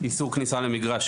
איסור כניסה למגרש,